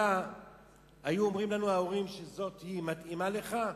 היו אומרים לנו ההורים: זו מתאימה לך,